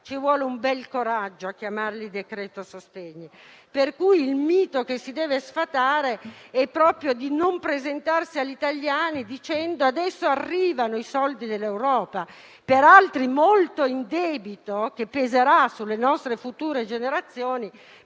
ci vuole un bel coraggio a chiamarlo decreto sostegni. Pertanto, il mito che si deve sfatare è proprio quello di non presentarsi agli italiani dicendo che adesso arrivano i soldi dell'Europa. Peraltro, molti di questi sono un debito che peserà sulle nostre future generazioni.